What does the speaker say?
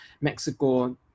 Mexico